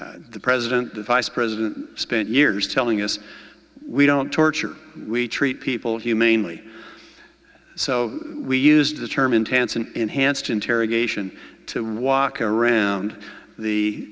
the president the vice president spent years telling us we don't torture we treat people humanely so we used the term intense and enhanced interrogation to walk around the